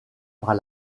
par